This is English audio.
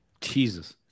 Jesus